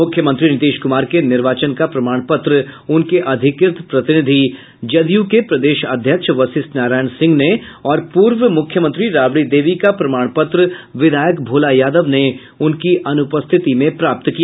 मुख्यमंत्री नीतीश कुमार के निर्वाचन का प्रमाण पत्र उनके अधिकृत प्रतिनिधि जदयू के प्रदेश अध्यक्ष वशिष्ठ नारायण सिंह ने और पूर्व मुख्यमंत्री राबड़ी देवी का प्रमाण पत्र विधायक भोला यादव ने उनकी अनुपस्थिति में प्राप्त किया